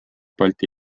balti